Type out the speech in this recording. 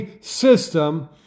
system